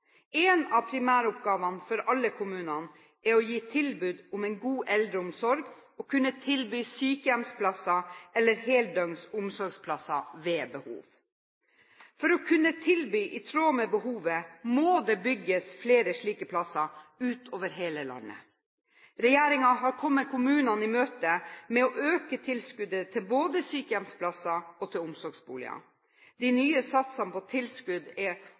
En av primæroppgavene for alle kommunene er å gi tilbud om en god eldreomsorg og å kunne tilby sykehjemsplasser eller heldøgns omsorgsplasser ved behov. For å kunne tilby i tråd med behovet må det bygges flere slike plasser over hele landet. Regjeringen har kommet kommunene i møte ved å øke tilskuddet til både sykehjemsplasser og til omsorgsboliger. De nye satsene for tilskudd er